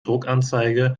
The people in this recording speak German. druckanzeige